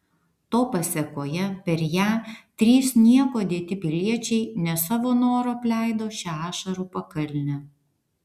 to pasėkoje per ją trys nieko dėti piliečiai ne savo noru apleido šią ašarų pakalnę